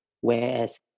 Whereas